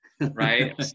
right